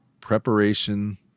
Preparation